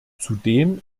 zudem